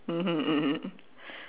mmhmm mmhmm